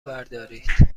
بردارید